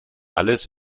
alles